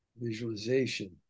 visualization